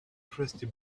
crusty